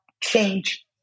change